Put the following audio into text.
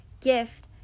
gift